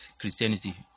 Christianity